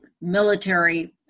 military